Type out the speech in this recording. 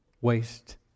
waste